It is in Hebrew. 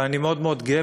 ואני מאוד מאוד גאה.